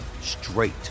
straight